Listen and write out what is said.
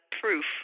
proof